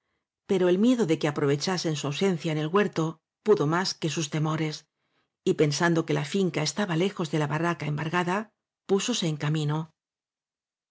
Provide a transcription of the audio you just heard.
pero el miedo de que aprovecha sen su ausencia en el huerto pudo más que sus temores y pensando que la finca estaba lejos de la barraca embargada púsose en camino